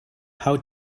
how